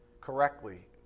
correctly